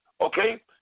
okay